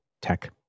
tech